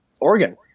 Oregon